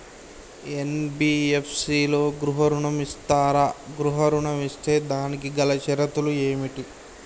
NBFC లలో గృహ ఋణం ఇస్తరా? గృహ ఋణం ఇస్తే దానికి గల షరతులు ఏమిటి?